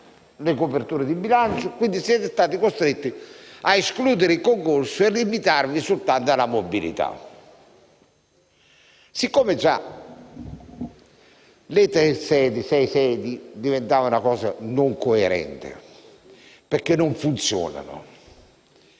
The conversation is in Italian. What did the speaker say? le coperture di bilancio e quindi siete stati costretti a escludere il concorso e a limitarvi soltanto alla mobilità. Siccome già sei sedi diventavano una cosa non coerente perché non funzionano,